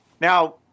Now